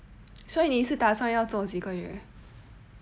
um 所以你是打算要做几个月